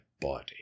body